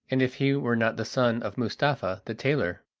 and if he were not the son of mustapha the tailor.